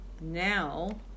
now